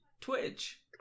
twitch